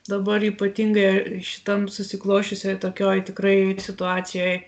dabar ypatingai šitam susiklosčiusioj tokioj tikrai situacijoj